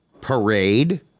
Parade